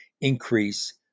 increase